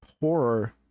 horror